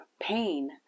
pain